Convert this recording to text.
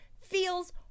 feels